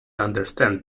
understand